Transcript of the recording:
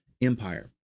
empire